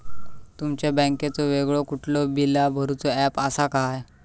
तुमच्या बँकेचो वेगळो कुठलो बिला भरूचो ऍप असा काय?